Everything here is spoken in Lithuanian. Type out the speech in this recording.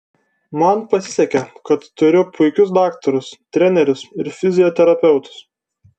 man pasisekė kad turiu puikius daktarus trenerius ir fizioterapeutus